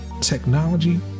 technology